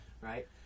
Right